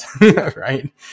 right